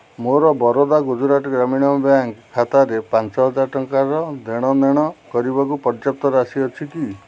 ମୋର ବରୋଦା ଗୁଜୁରାଟ ଗ୍ରାମୀଣ ବ୍ୟାଙ୍କ୍ ଖାତାରେ ପାଞ୍ଚହଜାର ଟଙ୍କାର ଦେଣନେଣ କରିବାକୁ ପର୍ଯ୍ୟାପ୍ତ ରାଶି ଅଛି କି